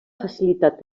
facilitat